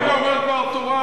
רגע, הוא אומר דבר תורה,